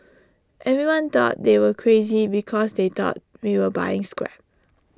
everyone thought they were crazy because they thought we were buying scrap